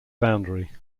boundary